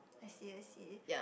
I see I see